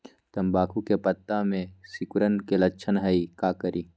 तम्बाकू के पत्ता में सिकुड़न के लक्षण हई का करी?